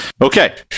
Okay